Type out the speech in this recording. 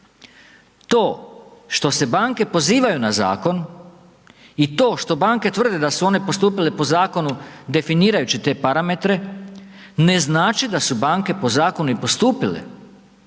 To što se banke pozivaju na zakon i to što banke tvrde da su one postupile po zakonu definirajući te parametre ne znači da su banke po zakonu i postupile,